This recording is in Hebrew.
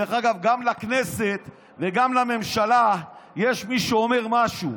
דרך אגב, גם לכנסת וגם לממשלה יש מי שאומר משהו.